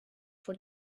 for